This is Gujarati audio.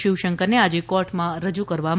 શિવશંકરને આજે કોર્ટમાં રજૂ કરવામાં આવશે